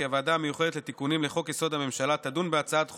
כי הוועדה המיוחדת לתיקונים לחוק-יסוד: הממשלה תדון בהצעת חוק-יסוד: